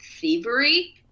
thievery